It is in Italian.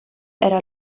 era